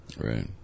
right